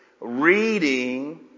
Reading